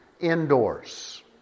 indoors